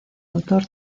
autor